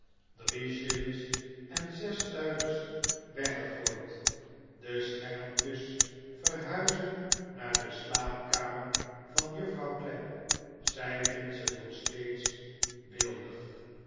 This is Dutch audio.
drie shillings en zes stuivers weggegooid de schermpjes verhuizen naar de slaapkamer van juffrouw clapp zij vindt ze nog steeds beeldig